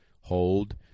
hold